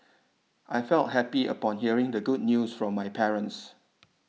I felt happy upon hearing the good news from my parents